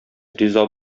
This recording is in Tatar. риза